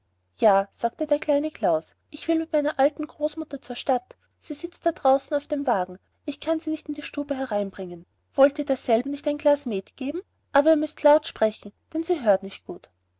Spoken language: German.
ja sagte der kleine klaus ich will mit meiner alten großmutter zur stadt sie sitzt da draußen auf dem wagen ich kann sie nicht in die stube hereinbringen wollt ihr derselben nicht ein glas meth geben aber ihr müßt recht laut sprechen denn sie hört nicht gut